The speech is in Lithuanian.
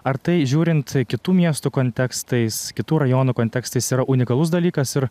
ar tai žiūrint kitų miestų kontekstais kitų rajonų kontekstais yra unikalus dalykas ir